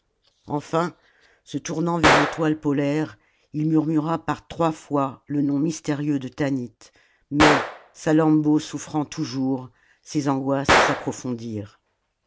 enfin se tournant vers l'étoile polaire il murmura par trois fois le nom mystérieux de tanit mais salammbô souffrant toujours ses angoisses s'approfondirent